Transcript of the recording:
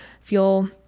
feel